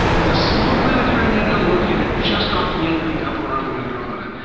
is a small planetary nebula located just off the end of the upper arm of andromeda,